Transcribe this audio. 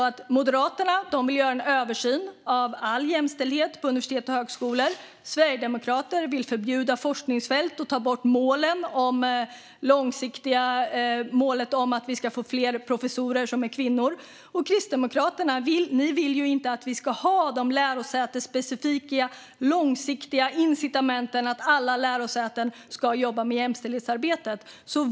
Moderaterna vill göra en översyn av all jämställdhet på universitet och högskolor. Sverigedemokrater vill förbjuda forskningsfält och ta bort målet om att vi ska få fler professorer som är kvinnor. Och ni i Kristdemokraterna vill inte att vi ska ha de lärosätesspecifika, långsiktiga incitamenten för att alla lärosäten ska jobba med jämställdhet.